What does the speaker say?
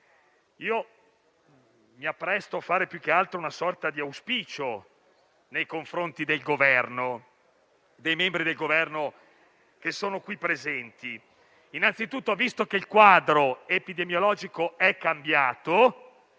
mi appresto a esprimere una sorta di auspicio nei confronti dei membri del Governo che sono qui presenti. Innanzitutto, visto che il quadro epidemiologico è cambiato